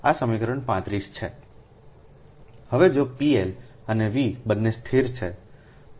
હવે જોPL અને V બંને સ્થિર છે